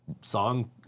song